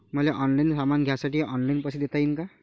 मले ऑनलाईन सामान घ्यासाठी ऑनलाईन पैसे देता येईन का?